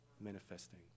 manifesting